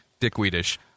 dickweedish